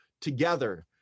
together